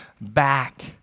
back